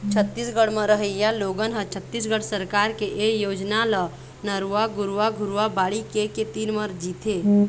छत्तीसगढ़ म रहइया लोगन ह छत्तीसगढ़ सरकार के ए योजना ल नरूवा, गरूवा, घुरूवा, बाड़ी के के तीर म जीथे